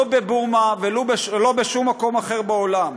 לא בבורמה ולא בשום מקום אחר בעולם.